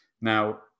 Now